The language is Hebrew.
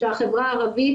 שהחברה הערבית,